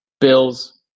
Bills